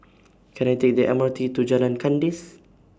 Can I Take The M R T to Jalan Kandis